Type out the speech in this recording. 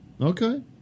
okay